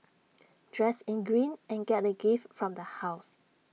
dress in green and get A gift from the house